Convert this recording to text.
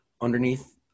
underneath